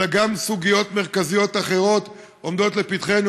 אלא גם סוגיות מרכזיות אחרות עומדות לפתחנו.